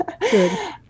Good